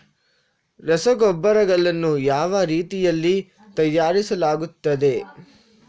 ರಸಗೊಬ್ಬರಗಳನ್ನು ಯಾವ ರೀತಿಯಲ್ಲಿ ತಯಾರಿಸಲಾಗುತ್ತದೆ?